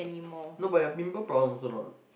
no but your pimple problem also not